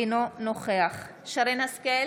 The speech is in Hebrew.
אינו נוכח שרן מרים השכל,